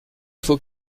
faut